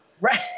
right